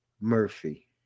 Murphy